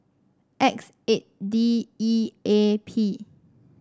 X eight D E A P